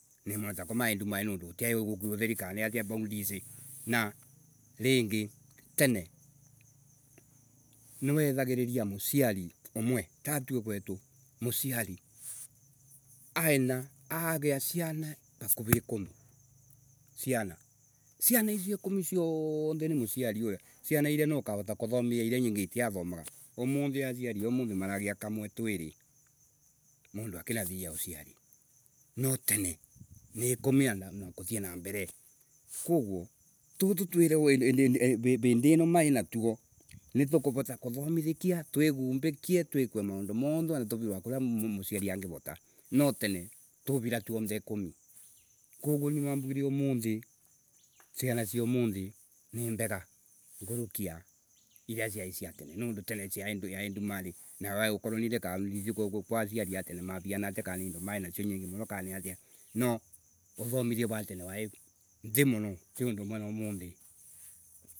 Nimona tako mui ndumari tondu gutiai goku utheri ka ni atia vaundisi. Ringi tene, niwethagiriria muciari umwe, tatue gwetu, aina, aagia ciana vakuri ikumi, ciana. Ciana icio ikumi cioothe ni mociari ciuyu. Cianairia niukavota kuthomithia Iria nyingi itiathomaga. Umuthi aciari a umuthi maragia kamwe twiri, mundu akinathiria uciari. Tene ni ikumi and- a kuthii na mbere. Koguo toto twiri twitwivindi iro mai natuo nitukuvota kuthomithakia twigumbike, twike maundu mothe wona turirwe wa kuria muciari angivota. No tene ti uvira toothe ikumi. Koguo ni nwambugire umuthi, ciana cia umuthi ni mbega, ngurukia iriaciai cia tene cii, ciai ndumari na wai ukoroniri kaa ndici koaciari atene mariaria atia ka ani indo mai nacio nyingi kaa ni atia. No uthomithia wa tene wait hi muno ti undu umwe na umuthi.